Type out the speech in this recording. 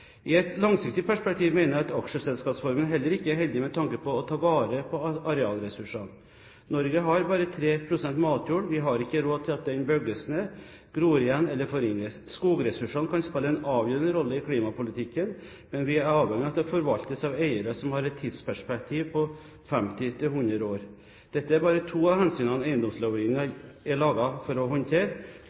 I et langsiktig perspektiv mener jeg at aksjeselskapsformen heller ikke er heldig med tanke på å ta vare på arealressursene. Norge har bare 3 pst. matjord, vi har ikke råd til at den bygges ned, gror igjen eller forringes. Skogressursene kan spille en avgjørende rolle i klimapolitikken, men vi er avhengige av at de forvaltes av eiere som har et tidsperspektiv på 50 til 100 år. Dette er bare to av hensynene eiendomslovgivningen er laget for å håndtere.